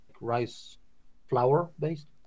rice-flour-based